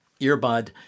earbud